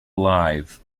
alive